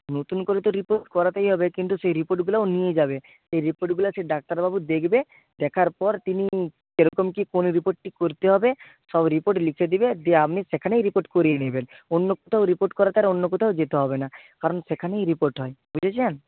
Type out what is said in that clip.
নতুন করে তো রিপোর্ট করাতেই হবে কিন্তু সেই রিপোর্টগুলোও নিয়ে যাবে এই রিপোর্টগুলো সেই ডাক্তারবাবু দেখবে দেখার পর তিনি কি রকম কি কোন রিপোর্ট কি করতে হবে সব রিপোর্ট লিখে দিবে দিয়ে আপনি সেখানেই রিপোর্ট করিয়ে নিবেন অন্য কোথাও রিপোর্ট করাতে আর অন্য কোথাও যেতে হবে না কারণ সেখানেই রিপোর্ট হয় বুঝেছেন